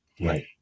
Right